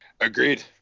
Agreed